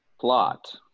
Plot